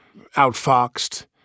outfoxed